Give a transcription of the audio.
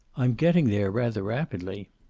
i'm getting there rather rapidly.